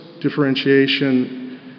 differentiation